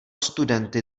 studenty